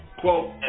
quote